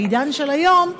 בעידן של היום,